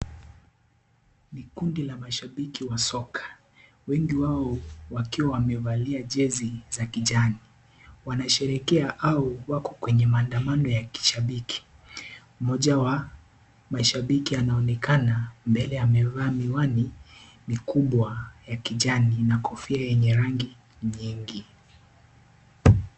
Ni kundi la mashabiki wa soka , wengi wao wakiwa wamevalia jezi za kijani wanasherehekea au wako kwenye maandamano ya kishabik, i mmoja wa mashabiki anaonekana mbele amevaa miwani mikubwa ya kijani na kofia yenye rangi nyingi.